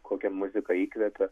kokia muzika įkvepia